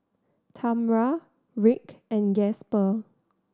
Tamra Rick and Gasper